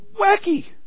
wacky